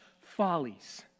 follies